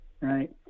Right